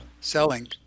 selling